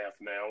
now